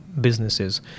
businesses